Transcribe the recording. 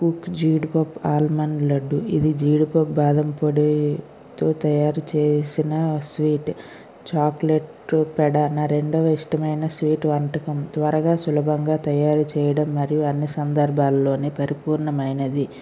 cook జీడి పప్ almond laddu ఇది జీడిపప్పు బాదం పొడి తో తయారు చేసిన స్వీట్ చాక్లెట్ పెడన రెండవ ఇష్టమైన స్వీట్ వంటకం త్వరగా సులభంగా తయారు చేయడం మరియు అన్ని సందర్భాల్లోనే పరిపూర్ణమైనది